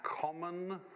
common